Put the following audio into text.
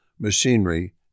machinery